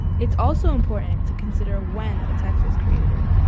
it's also important to consider when a text was created.